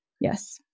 Yes